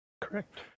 Correct